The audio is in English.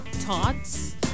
tots